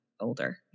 older